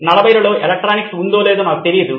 40 లలో ఎలక్ట్రానిక్స్ ఉందో లేదో నాకు తెలియదు